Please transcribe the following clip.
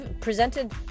presented